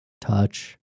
touch